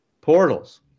portals